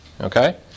okay